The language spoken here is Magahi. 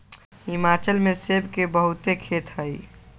हिमाचल में सेब के बहुते खेत हई